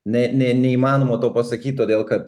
ne ne neįmanoma to pasakyt todėl kad